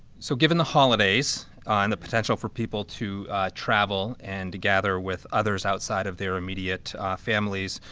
so given the holidays and the potential for people to travel and to gather with others outside of their immediate families,